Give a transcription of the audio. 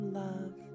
love